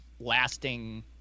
lasting